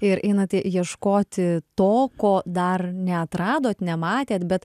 ir einate ieškoti to ko dar neatradot nematėt bet